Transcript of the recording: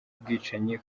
ubwicanyi